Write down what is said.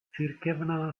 cirkevná